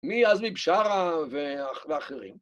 ‫מעזמי בשארה ואחרים.